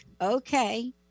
okay